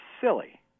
silly